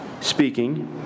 speaking